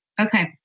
Okay